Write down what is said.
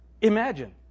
Imagine